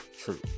true